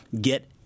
get